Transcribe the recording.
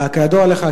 כידוע לך,